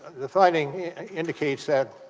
the fighting in the case said